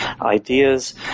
ideas